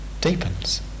deepens